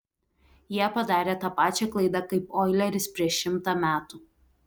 jie padarė tą pačią klaidą kaip oileris prieš šimtą metų